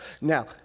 Now